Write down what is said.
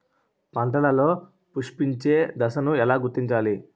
పంటలలో పుష్పించే దశను ఎలా గుర్తించాలి?